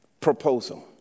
proposal